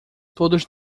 todos